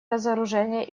разоружение